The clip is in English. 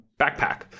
backpack